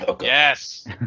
Yes